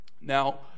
Now